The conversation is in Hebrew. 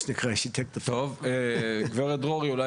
אז זה אומר שבארבע השנים האחרונות בינתיים